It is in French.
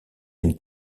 une